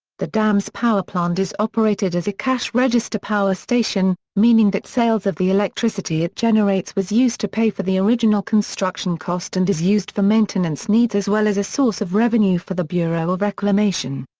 the dam's powerplant is operated as a cash register power station, meaning that sales of the electricity it generates was used to pay for the original construction cost and is used for maintenance needs as well as a source of revenue for the bureau of reclamation.